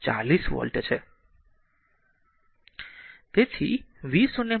તેથી તે 10 6 છે જે r 40 વોલ્ટ છે